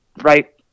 right